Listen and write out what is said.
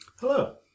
Hello